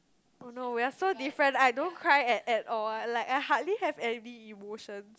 oh no we are so different I don't cry at at all like I hardly have any emotion